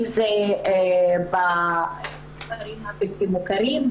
אם זה בכפרים הבלתי מוכרים,